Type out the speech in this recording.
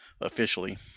officially